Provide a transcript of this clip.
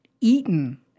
eaten